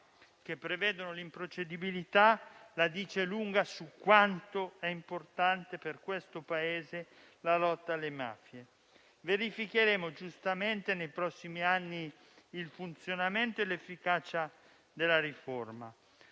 che prevedono l'improcedibilità la dice lunga su quanto sia importante per questo Paese la lotta alle mafie. Verificheremo giustamente nei prossimi anni il funzionamento e l'efficacia della riforma.